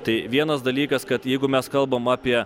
tai vienas dalykas kad jeigu mes kalbam apie